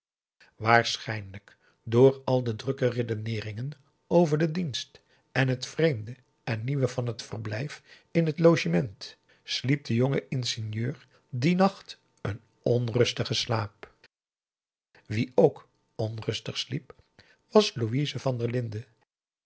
waarschijnlijk door al de drukke redeneeringen over den dienst en het vreemde en nieuwe van t verblijf in p a daum de van der lindens c s onder ps maurits het logement sliep de jonge ingenieur dien nacht een onrustigen slaap wie k onrustig sliep was louise van der linden